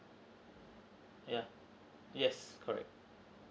yeah yes correct